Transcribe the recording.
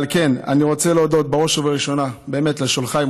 על כן אני רוצה להודות בראש ובראשונה באמת לשולחיי,